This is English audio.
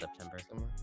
September